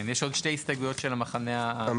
יש עוד שתי הסתייגויות של המחנה הממלכתי.